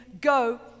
go